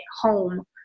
home